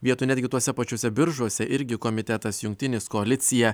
vietų netgi tuose pačiuose biržuose irgi komitetas jungtinis koalicija